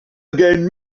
again